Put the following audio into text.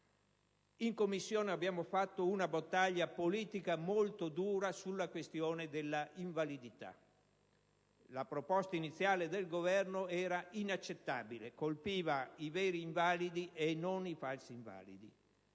In Commissione abbiamo fatto una battaglia politica molto dura sulla questione dell'invalidità. La proposta iniziale del Governo era inaccettabile: colpiva i veri invalidi, e non i falsi invalidi.